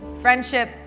friendship